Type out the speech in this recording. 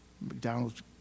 McDonald's